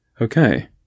Okay